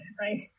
Right